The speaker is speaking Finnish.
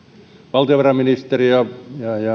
valtiovarainministeriö ja